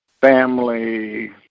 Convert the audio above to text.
family